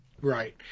Right